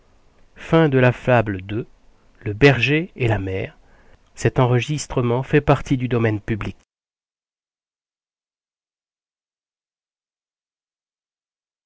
le berger et la mer